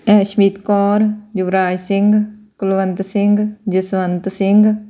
Ashmeet Kaur Yuvraj Singh Kulwant Singh Jaswant Singh